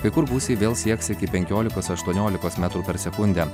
kai kur gūsiai vėl sieks iki penkiolikos aštuoniolikos metrų per sekundę